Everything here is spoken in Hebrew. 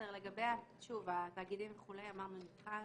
שוב, לגבי התאגידים, אמרנו, זה יובחן.